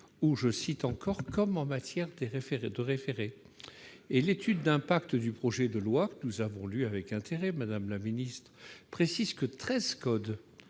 des référés » ou « comme en matière de référé ». L'étude d'impact du projet de loi, que nous avons lue avec intérêt, madame la ministre, précise que treize codes